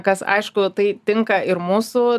kas aišku tai tinka ir mūsų